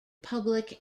public